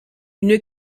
une